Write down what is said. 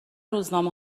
روزنامه